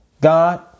God